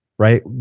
Right